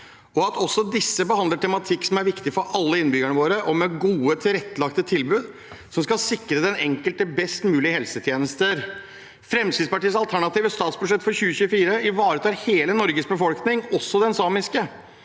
osv. Disse behandler også tematikk som er viktig for alle innbyggerne våre – gode, tilrettelagte tilbud som skal sikre den enkelte best mulig helsetjenester. Fremskrittspartiets alternative statsbudsjett for 2024 ivaretar hele Norges befolkning, også den samiske.